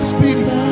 Spirit